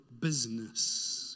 business